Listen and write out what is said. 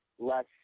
less